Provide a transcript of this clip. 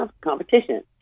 competition